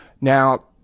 now